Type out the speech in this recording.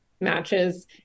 matches